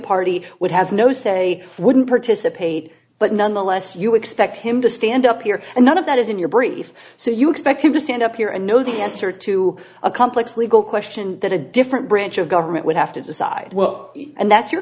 party would have no say wouldn't participate but nonetheless you expect him to stand up here and none of that is in your brief so you expect him to stand up here and know the answer to a complex legal question that a different branch of government would have to decide well and that's your